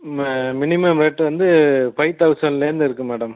ம minimum rate வந்து five தௌசண்ட்லேருந்து இருக்குது மேடம்